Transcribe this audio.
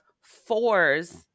fours